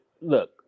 look